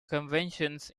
conventions